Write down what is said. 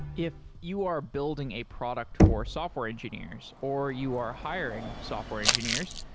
if you are building a product for software engineers or you are hiring software engineers,